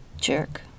Jerk